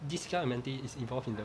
this kind of mentality is involved in the